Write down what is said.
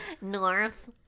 North